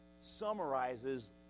summarizes